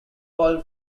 fall